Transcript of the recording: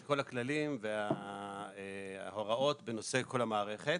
כל הכללים וההוראות בנושא כל המערכת.